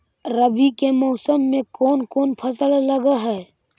रवि के मौसम में कोन कोन फसल लग है?